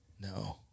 No